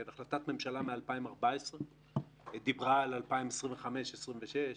החלטת הממשלה מ-2014 דיברה על 2025 2026,